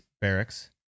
Barracks